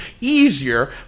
easier